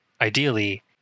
ideally